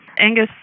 Angus